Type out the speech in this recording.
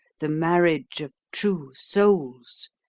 the marriage of true souls,